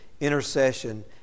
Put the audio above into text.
intercession